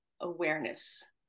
awareness